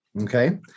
Okay